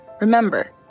Remember